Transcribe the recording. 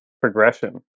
progression